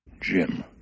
Jim